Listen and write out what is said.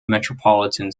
metropolitan